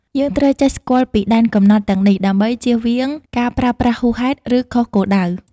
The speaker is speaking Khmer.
យើងត្រូវចេះស្គាល់ពីដែនកំណត់ទាំងនេះ ដើម្បីជៀសវាងការប្រើប្រាស់ហួសហេតុ ឬខុសគោលដៅ។